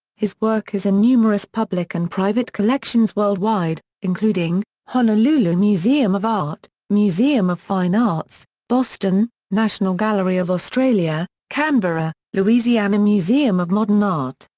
his work is in numerous public and private collections worldwide, including honolulu museum of art museum of fine arts, boston national gallery of australia, canberra louisiana museum of modern art,